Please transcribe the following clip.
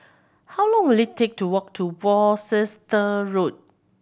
how long will it take to walk to Worcester Road